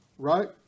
right